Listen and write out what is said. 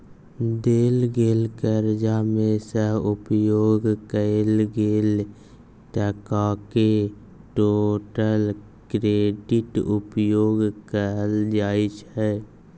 देल गेल करजा मे सँ उपयोग कएल गेल टकाकेँ टोटल क्रेडिट उपयोग कहल जाइ छै